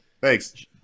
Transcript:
Thanks